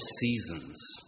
seasons